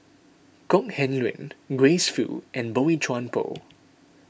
Kok Heng Leun Grace Fu and Boey Chuan Poh